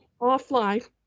offline